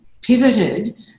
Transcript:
pivoted